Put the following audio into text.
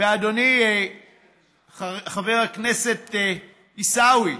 ואדוני חבר הכנסת עיסאווי,